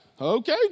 okay